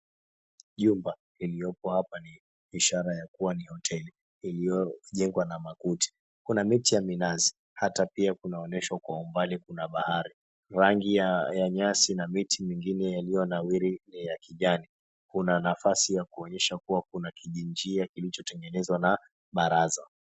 Jumba liliokohapa ni ishara ya kuwa ni hoteli iliyojengwa na makuti, kuna miti ya minazi hata pia kunaonyeshwa kwa umbali kuna bahari. Rangi ya nyasi na miti mingine iliyonawiri nyingine ya kijani, kuna nafasi ya kuonyesha kuwa kuna kijinjia kilochotengenezwa na baraza.